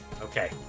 Okay